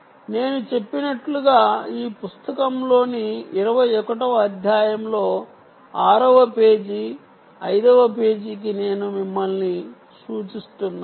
నేను చెప్పినట్లుగా ఈ పుస్తకంలోని 21 వ అధ్యాయంలో 6 వ పేజీ 5 వ పేజీకి నేను మిమ్మల్ని సూచిస్తున్నాను